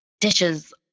dishes